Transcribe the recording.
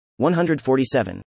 147